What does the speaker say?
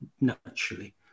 naturally